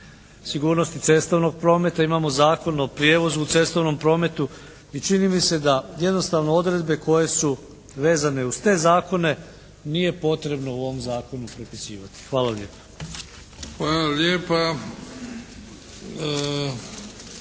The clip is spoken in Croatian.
sigurnosti cestovnog prometa, imamo Zakon o prijevozu u cestovnom prometu i čini mi se da jednostavno odredbe koje su vezane uz te zakone nije potrebno u ovom zakonu prepisivati. Hvala lijepa. **Bebić,